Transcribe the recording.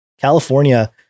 California